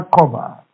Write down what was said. cover